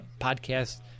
podcast